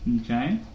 Okay